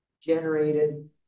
generated